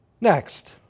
Next